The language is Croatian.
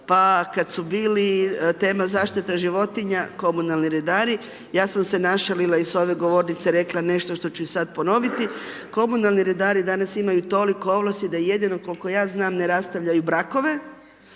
pa kad su bili tema zaštita životinja, komunalni redari. Ja sam se našalila i s ove govornice rekla nešto što ću i sad ponoviti, komunalni redari danas imaju toliko ovlasti da jedino koliko ja znam ne rastavljaju brakove